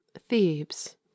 Thebes